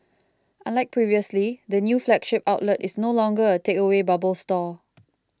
unlike previously the new flagship outlet is no longer a takeaway bubble store